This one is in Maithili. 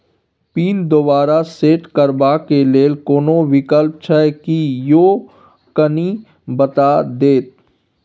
पिन दोबारा सेट करबा के लेल कोनो विकल्प छै की यो कनी बता देत?